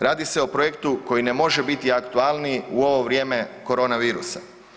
Radi se o projektu koji ne može biti aktualniji u ovo vrijeme korona virusa.